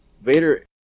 Vader